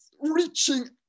reaching